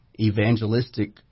evangelistic